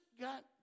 got